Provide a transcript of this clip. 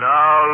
Now